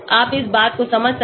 आप इस बात को समझ सकते हो